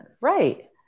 right